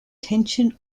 tension